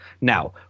Now